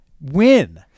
Win